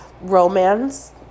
romance